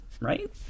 right